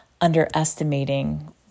underestimating